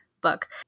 book